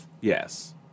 yes